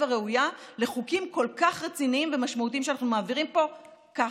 הראויה לחוקים כל כך רציניים ומשמעותיים שאנחנו מעבירים פה ככה.